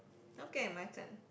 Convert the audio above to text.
okay my turn